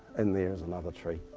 in there is another tree.